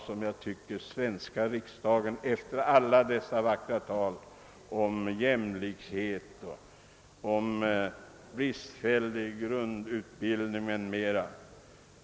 Det har i den svenska riksdagen nyss hållits många vackra tal om jämlikhet, där bl.a. den bristfälliga grundutbildningen hos många medborgare påtalats.